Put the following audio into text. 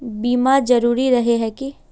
बीमा जरूरी रहे है की?